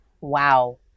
Wow